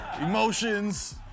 Emotions